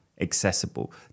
accessible